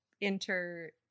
enter